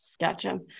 Gotcha